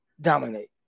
dominate